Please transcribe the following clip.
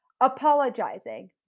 Apologizing